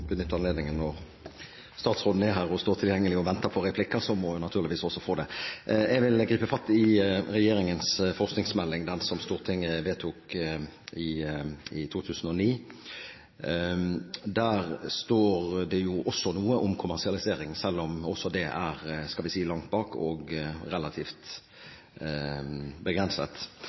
benytte anledningen. Når statsråden er her og står tilgjengelig og venter på replikker, så må hun naturligvis også få det. Jeg vil gripe fatt i regjeringens forskningsmelding, som Stortinget vedtok i 2009. Der står det også noe om kommersialisering, selv om det også står langt bak og er relativt begrenset. Der står det: «Det er et mål at kommersialisering fra norske universiteter og